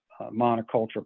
monoculture